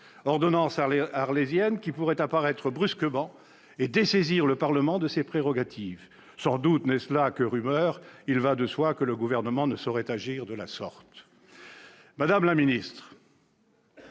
ordonnance-Arlésienne pourrait apparaître brusquement et dessaisir le Parlement de ses prérogatives. Sans doute n'est-ce là qu'une rumeur ! Il va de soi que le Gouvernement ne saurait agir de la sorte ... Madame la ministre,